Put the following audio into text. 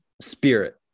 spirit